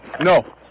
No